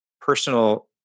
personal